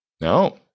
no